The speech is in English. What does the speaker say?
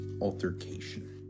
altercation